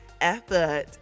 effort